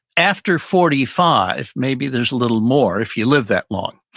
after forty five, maybe there's a little more if you live that long,